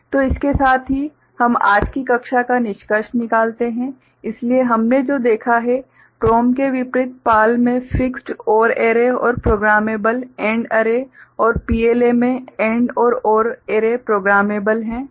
तो इसके साथ ही हम आज की कक्षा का निष्कर्ष निकालते हैं इसलिए हमने जो देखा है PROM के विपरीत PAL मे फ़िक्स्ड OR एरे और प्रोग्रामेबल AND एरे और PLA में दोनों AND और OR एरे प्रोग्रामेबलAND OR array are programmable है